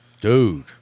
dude